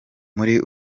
muri